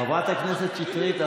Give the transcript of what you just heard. חברת הכנסת שטרית,